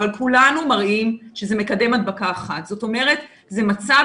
אבל כולנו מראים שזה מקדם הדבקה 1. זאת אומרת זה מצב